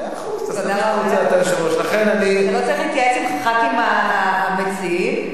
אתה לא צריך להתייעץ עם חברי הכנסת המציעים?